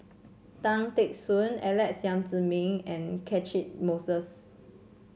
Tan Teck Soon Alex Yam Ziming and Catchick Moses